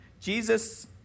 Jesus